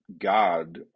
God